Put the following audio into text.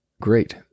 great